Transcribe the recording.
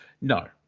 No